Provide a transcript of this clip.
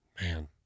Man